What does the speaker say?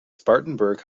spartanburg